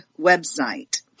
website